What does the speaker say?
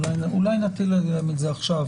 אולי נטיל עליהם את זה עכשיו,